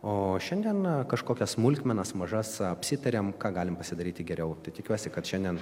o šiandien kažkokias smulkmenas mažas apsitarėm ką galim pasidaryti geriau tikiuosi kad šiandien